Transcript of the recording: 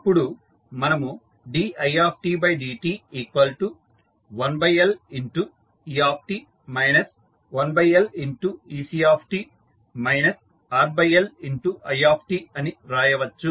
అప్పుడు మనము didt1Let 1Lec RLi అని రాయవచ్చు